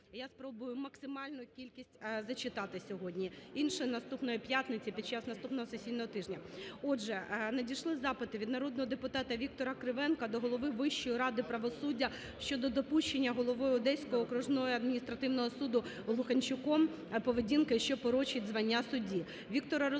Я спробую максимальну кількість зачитати сьогодні. Інші – наступної п'ятниці під час наступного сесійного тижня. Отже, надійшли запити: від народного депутата Віктора Кривенка до Голови Вищої ради правосуддя щодо допущення головою Одеського окружного адміністративного суду Глуханчуком поведінки, що порочить звання судді. Віктора Развадовського